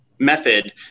Method